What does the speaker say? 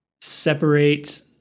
separate